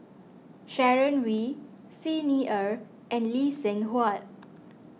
Sharon Wee Xi Ni Er and Lee Seng Huat